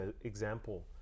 example